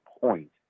point